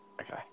Okay